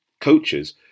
coaches